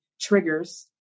triggers